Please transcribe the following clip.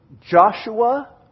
Joshua